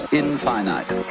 infinite